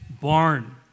barn